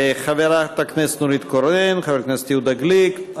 חברת הכנסת נורית קורן, חבר הכנסת יהודה גליק.